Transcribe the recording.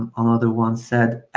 um another one said,